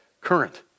current